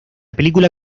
película